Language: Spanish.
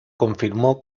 confirmó